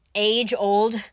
age-old